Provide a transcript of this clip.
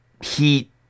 heat